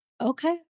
Okay